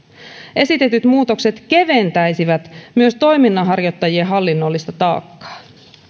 esitetyt muutokset keventäisivät myös toiminnanharjoittajien hallinnollista taakkaa